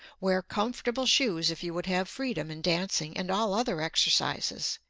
wear comfortable shoes if you would have freedom in dancing and all other exercises.